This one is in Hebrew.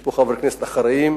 יש פה חברי כנסת אחראיים,